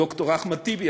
ד"ר אחמד טיבי,